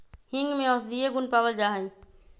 हींग में औषधीय गुण पावल जाहई